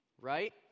Right